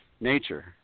nature